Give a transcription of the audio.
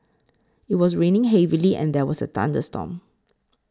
it was raining heavily and there was a thunderstorm